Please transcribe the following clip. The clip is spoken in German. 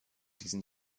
diesen